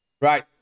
Right